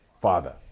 father